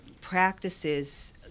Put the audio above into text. practices